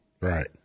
Right